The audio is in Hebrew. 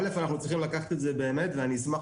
אנחנו צריכים לקחת את זה באמת ואני אשמח,